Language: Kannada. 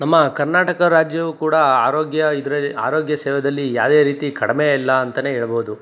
ನಮ್ಮ ಕರ್ನಾಟಕ ರಾಜ್ಯವು ಕೂಡ ಆರೋಗ್ಯ ಇದರಲ್ಲಿ ಆರೋಗ್ಯ ಸೇವೆಯಲ್ಲಿ ಯಾವುದೇ ರೀತಿ ಕಡಿಮೆ ಇಲ್ಲ ಅಂತ ಹೇಳ್ಬೋದು